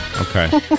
Okay